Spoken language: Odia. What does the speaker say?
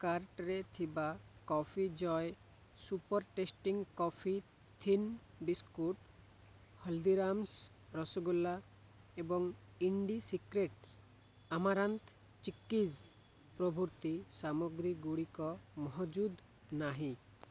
କାର୍ଟ୍ରେ ଥିବା coffee Jay super tasty coffee thin biscuit Haldiram's rasgulla ଏବଂ ଇଣ୍ଡି ସିକ୍ରେଟ୍ ଆମାରାନ୍ଥ୍ ଚିକ୍କିଜ୍ ପ୍ରଭୃତି ସାମଗ୍ରୀ ଗୁଡ଼ିକ ମହଜୁଦ ନାହିଁ